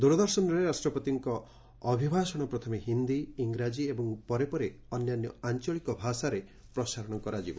ଦୂରଦର୍ଶନରେ ରାଷ୍ଟ୍ରପତିଙ୍କ ଅଭିଭାଷଣ ପ୍ରଥମେ ହିନ୍ଦୀ ଙ୍ଗରାଜୀ ଏବଂ ପରେ ପରେ ଅନ୍ୟାନ୍ୟ ଆଞ୍ଚଳିକ ଭାଷାରେ ପ୍ରସାରଣ କରାଯିବ